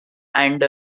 and